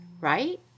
right